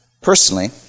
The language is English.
Personally